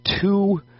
two